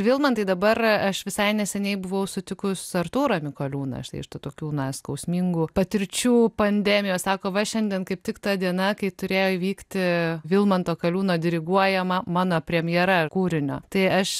vilmantai dabar aš visai neseniai buvau sutikus artūrą mikoliūną štai iš tų tokių na skausmingų patirčių pandemijos sako va šiandien kaip tik ta diena kai turėjo įvykti vilmanto kaliūno diriguojama mano premjera kūrinio tai aš